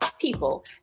people